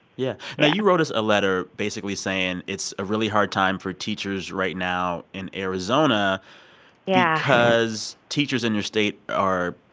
yeah. now, you wrote us a letter basically saying it's a really hard time for teachers right now in arizona yeah because teachers in your state are,